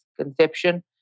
conception